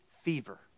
fever